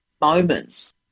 moments